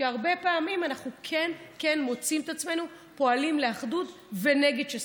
שהרבה פעמים אנחנו כן מוצאים את עצמנו פועלים לאחדות ונגד שסעים.